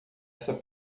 essa